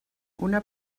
una